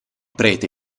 prete